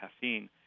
caffeine